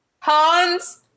Hans